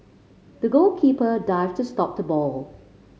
the goalkeeper dived to stop the ball